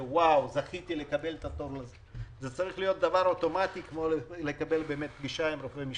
זה צריך להיות אוטומטי כמו פגישה עם רופא משפחה.